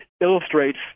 illustrates